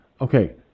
Okay